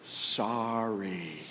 sorry